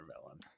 villain